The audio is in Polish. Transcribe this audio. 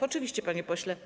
Oczywiście, panie pośle.